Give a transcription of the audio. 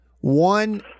One